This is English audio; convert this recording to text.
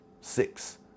six